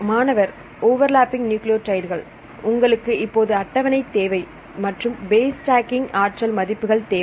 மாணவர் ஓவர்லப்பிங் நியூக்ளியோடைடுகள் உங்களுக்கு இப்போது அட்டவணை தேவை மற்றும் பேஸ் ஸ்டாக்கிங் ஆற்றல் மதிப்புகள் தேவை